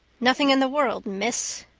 nothing in the world, miss.